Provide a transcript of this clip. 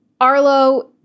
Arlo